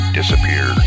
disappear